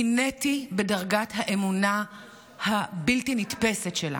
קינאתי בדרגת האמונה הבלתי-נתפסת שלה.